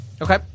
Okay